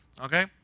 okay